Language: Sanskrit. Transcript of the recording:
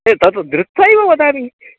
ए तत् दृष्ट्वैव वदामि